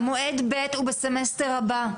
המועד ב' הוא בסמסטר הבא.